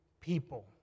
people